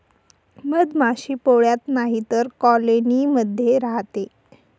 मधमाशी पोळ्यात नाहीतर कॉलोनी मध्ये राहते